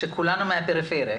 שכולנו מהפריפריה.